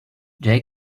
they